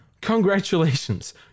congratulations